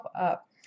up